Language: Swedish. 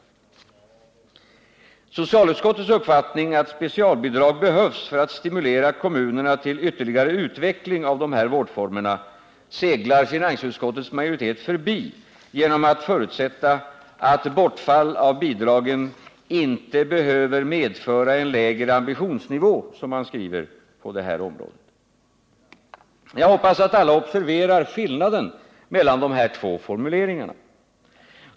Socialutskottets uppfattning att specialbidrag behövs för att stimulera kommunerna till ytterligare utveckling av de här vårdformerna seglar finansutskottets majoritet förbi genom att förutsätta att bortfall av bidragen ”inte behöver medföra en lägre ambitionsnivå” på det här området. Jag hoppas att alla observerar skillnaden mellan dessa två formuleringar.